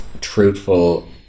truthful